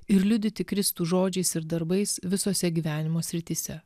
ir liudyti kristų žodžiais ir darbais visose gyvenimo srityse